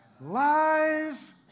Lies